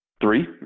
Three